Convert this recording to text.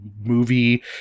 movie